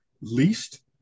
least